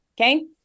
Okay